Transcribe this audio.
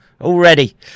already